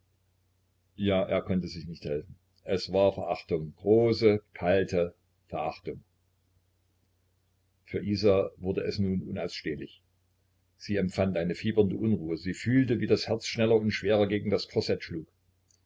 ja er konnte sich nicht helfen es war verachtung große kalte verachtung für isa wurde es nun unausstehlich sie empfand eine fiebernde unruhe sie fühlte wie das herz schnell und schwer gegen das korsett schlug